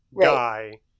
guy